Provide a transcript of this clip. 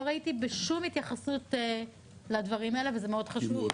לא ראיתי שום התייחסות לדברים האלה וזה מאוד חשוב.